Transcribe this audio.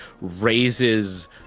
raises